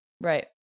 Right